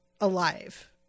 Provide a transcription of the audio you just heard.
alive